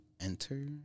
enter